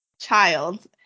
child